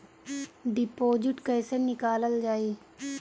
Deposit कैसे निकालल जाइ?